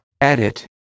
Edit